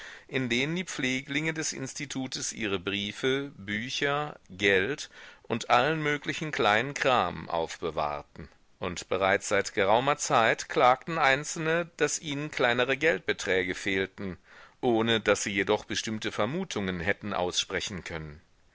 in denen die pfleglinge des institutes ihre briefe bücher geld und allen möglichen kleinen kram aufbewahrten und bereits seit geraumer zeit klagten einzelne daß ihnen kleinere geldbeträge fehlten ohne daß sie jedoch bestimmte vermutungen hätten aussprechen können